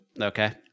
Okay